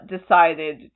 decided